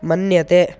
मन्यते